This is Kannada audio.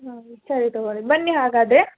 ಹಾಂ ರಿ ಸರಿ ತೊಗೋರಿ ಬನ್ನಿ ಹಾಗಾದರೆ